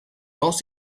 dos